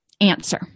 answer